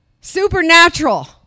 Supernatural